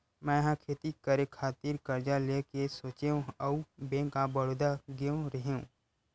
मै ह खेती करे खातिर करजा लेय के सोचेंव अउ बेंक ऑफ बड़ौदा गेव रेहेव